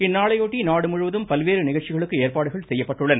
இந்நாளையொட்டி நாடுமுழுவதும் பல்வேறு நிகழ்ச்சிகளுக்கு ஏற்பாடுகள் செய்யப்பட்டுள்ளன